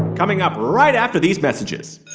coming up right after these messages